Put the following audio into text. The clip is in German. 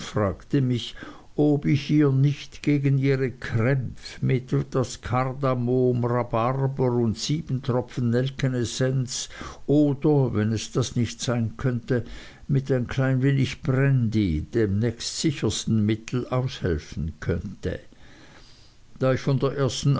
fragte mich ob ich ihr nicht gegen ihre krämpf mit etwas kardamom rhabarber und sieben tropfen nelkenessenz oder wenn es das nicht sein könnte mit ein klein wenig brandy dem nächstsichersten mittel aushelfen möchte da ich von der ersten